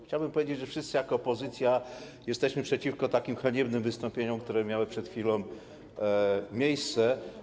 Chciałbym powiedzieć, że wszyscy jako opozycja jesteśmy przeciwko haniebnemu wystąpieniu, które miało przed chwilą miejsce.